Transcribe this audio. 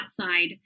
outside